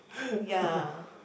ya